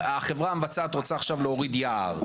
החברה המבצעת רוצה עכשיו להוריד יער.